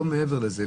לא מעבר לזה,